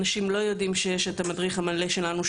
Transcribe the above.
אנשים לא יודעים שיש את המדריך המלא שלנו,